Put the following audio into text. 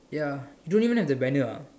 ya you don't even have the banner ah